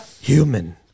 Human